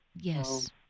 Yes